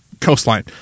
coastline